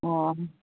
ꯑꯣ